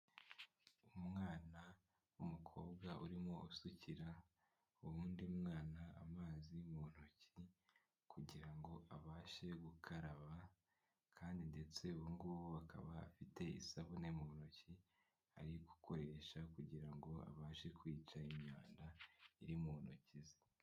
Umwana w'umukobwa urimo usukira uwundi mwana amazi mu ntoki kugira ngo abashe gukaraba kandi ndetse ubu ngubu akaba afite isabune mu ntoki ari gukoresha kugira ngo abashe kwica imyanda iri mu ntoki ze.